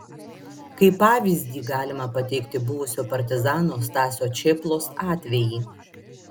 kaip pavyzdį galima pateikti buvusio partizano stasio čėplos atvejį